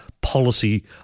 policy